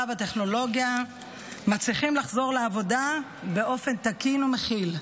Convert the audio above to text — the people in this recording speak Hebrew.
והטכנולוגיה מצליחים לחזור לעבודה באופן תקין ומכיל.